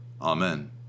amen